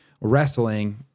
wrestling